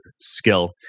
skill